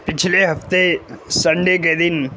پچھلے ہفتے سنڈے کے دن